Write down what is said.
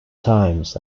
times